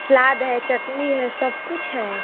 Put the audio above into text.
सलाद है चटनी है सब कुछ है